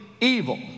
evil